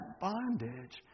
bondage